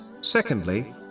Secondly